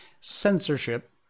censorship